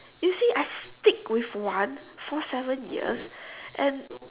you see I stick with one for seven years and